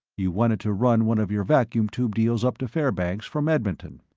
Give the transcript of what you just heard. you wanted to run one of your vacuum tube deals up to fairbanks from edmonton.